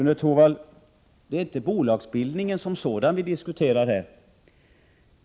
Herr talman! Det är inte bolagsbildningen som sådan vi diskuterar här, Rune Torwald.